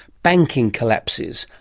banking collapses,